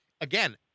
again